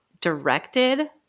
directed